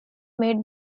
made